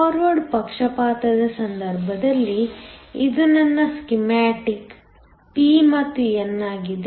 forward ಪಕ್ಷಪಾತದ ಸಂದರ್ಭದಲ್ಲಿ ಇದು ನನ್ನ ಸ್ಕೀಮ್ಯಾಟಿಕ್ p ಮತ್ತು n ಆಗಿದೆ